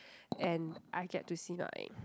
and I get to see my